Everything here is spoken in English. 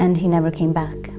and he never came back